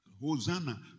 Hosanna